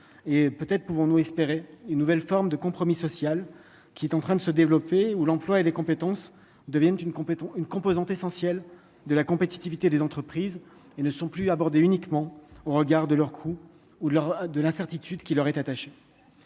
et peut-être pouvons-nous espérer une nouvelle forme de compromis social qui est en train de se développer ou l'emploi et les compétences deviennent une compléteront une composante essentielle de la compétitivité des entreprises et ne sont plus aborder uniquement au regard de leur coup, ou de leur de l'incertitude qui leur est attaché